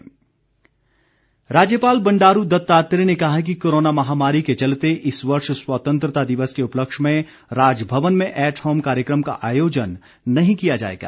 राज्यपाल राज्यपाल बंडारू दत्तात्रेय ने कहा है कि कोरोना महामारी के चलते इस वर्ष स्वतंत्रता दिवस के उपलक्ष्य में राजभवन में ऐट होम कार्यकम का आयोजन नहीं किया जाएगा